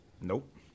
Nope